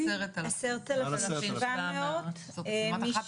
ל-20% והם מקבלים את השירות דרך קופת